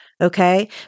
Okay